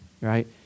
right